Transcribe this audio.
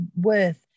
worth